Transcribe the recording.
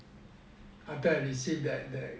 after I received that that